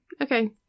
Okay